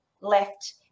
left